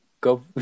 go